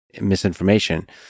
misinformation